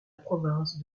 province